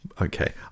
Okay